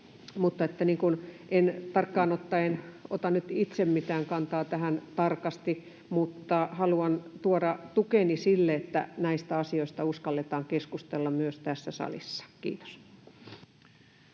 En tarkkaan ottaen ota nyt itse mitään kantaa tähän tarkasti, mutta haluan tuoda tukeni sille, että näistä asioista uskalletaan keskustella myös tässä salissa. — Kiitos.